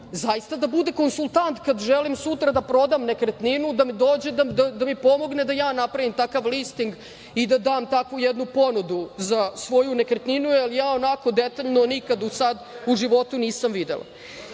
zaista da bude konsultant kada želim sutra da prodam nekretninu da dođe da mi pomogne da ja napravim takav listing i da dam takvu jednu ponudu za svoju nekretninu jer ja onako detaljno nikada do sada u životu nisam videla. Dobro,